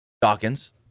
Dawkins